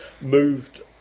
moved